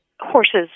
Horses